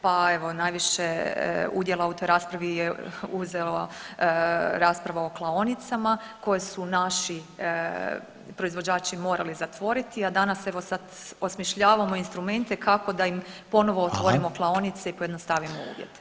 Pa evo najviše udjela u toj raspravi je uzela rasprava o klaonicama koje su naši proizvođači morali zatvoriti, a danas evo sad osmišljavamo instrumente kako da im ponovno otvorimo [[Upadica Reiner: Hvala.]] klaonice i pojednostavimo uvjete.